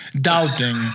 doubting